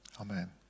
Amen